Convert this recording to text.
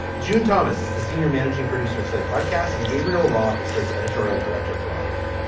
june thomas is the senior managing producer of slate podcast and gabriel roth is slate's editorial director for audio.